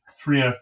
three